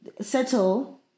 settle